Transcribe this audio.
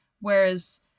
whereas